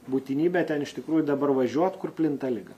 būtinybė ten iš tikrųjų dabar važiuot kur plinta liga